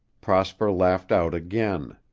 prosper laughed out again.